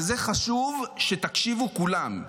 וזה חשוב שתקשיבו כולם,